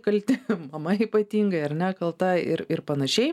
kalti mama ypatinga ar ne kalta ir ir panašiai